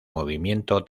movimiento